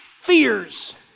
fears